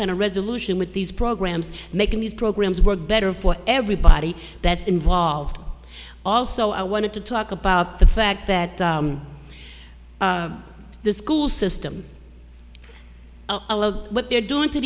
kind of resolution with these programs making these programs work better for everybody that's involved also i wanted to talk about the fact that the school system what they're doing to